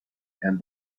and